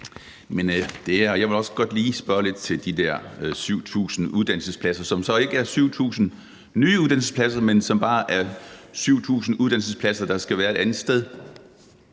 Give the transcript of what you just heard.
Jeg vil også godt lige spørge lidt til de der 7.000 uddannelsespladser, som så ikke er 7.000 nye uddannelsespladser, men som bare er 7.000 uddannelsespladser, der skal være et andet sted.